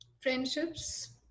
friendships